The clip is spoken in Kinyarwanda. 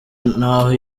naho